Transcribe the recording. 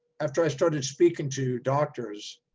after i started speaking to doctors,